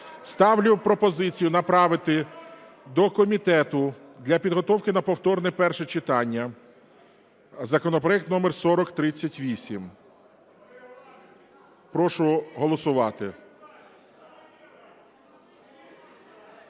Ставлю пропозицію направити до комітету для підготовки на повторне перше читання законопроект номер 4038. Прошу голосувати.